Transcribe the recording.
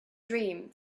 dream